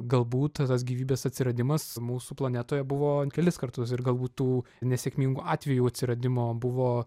galbūt ta tas gyvybės atsiradimas mūsų planetoje buvo kelis kartus ir galbūt tų nesėkmingų atvejų atsiradimo buvo